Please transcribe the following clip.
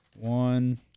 One